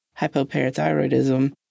hypoparathyroidism